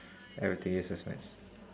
everything uses maths